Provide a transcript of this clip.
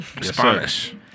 Spanish